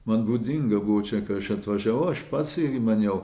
man būdinga buvau čia kai aš atvažiavau aš pats irgi maniau